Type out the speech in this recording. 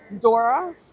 Dora